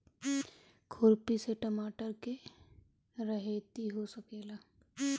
खुरपी से टमाटर के रहेती हो सकेला?